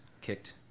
kicked